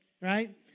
Right